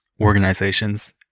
organizations